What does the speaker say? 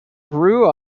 grew